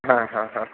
हा हा हा